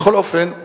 בכל אופן,